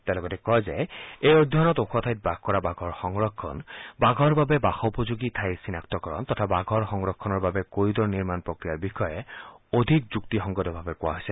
তেওঁ লগতে কয় যে এই অধ্যয়নত ওখ ঠাইত বাস কৰা বাঘৰ সংৰক্ষণ বাঘৰ বাবে বাসপোযোগী ঠাইৰ চিনাক্তকৰণ তথা বাঘৰ সংৰক্ষণৰ বাবে কৰিডৰ নিৰ্মাণ প্ৰফ্ৰিয়াৰ বিষয়ে অধিক যুক্তিসংগতভাৱে কোৱা হৈছে